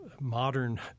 Modern